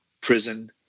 prison